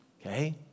Okay